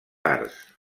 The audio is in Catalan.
arts